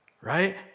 right